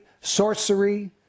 sorcery